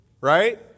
right